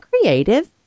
creative